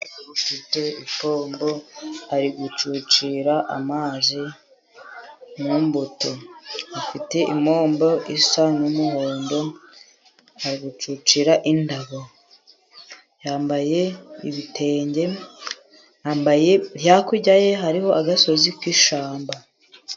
Umugore ufite ipombo ari gucucira amazi mu mbuto. Afite ipombo isa n'umuhondo, ari gucucira indabo, yambaye ibitenge, hakurya ye hariho agasozi k'ishyamba.